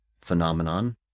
phenomenon